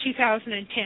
2010